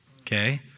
okay